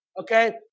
Okay